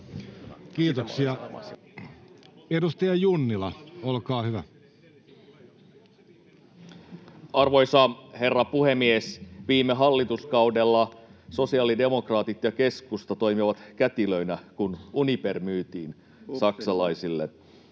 Kallio kesk) Time: 16:42 Content: Arvoisa herra puhemies! Viime hallituskaudella sosiaalidemokraatit ja keskusta toimivat kätilöinä, kun Uniper myytiin saksalaisille.